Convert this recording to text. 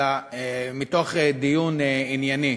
אלא מתוך דיון ענייני.